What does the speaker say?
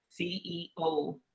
CEO